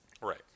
Right